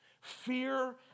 fear